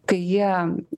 kai jie